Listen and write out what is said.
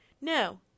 no